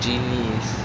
genie